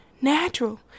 Natural